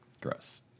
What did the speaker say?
Gross